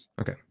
Okay